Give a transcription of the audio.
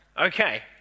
okay